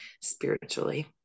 spiritually